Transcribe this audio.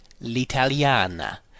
l'italiana